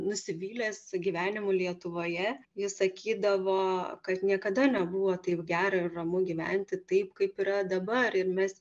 nusivylęs gyvenimu lietuvoje ji sakydavo kad niekada nebuvo taip gera ir ramu gyventi taip kaip yra dabar ir mes